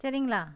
சரிங்ளா